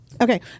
Okay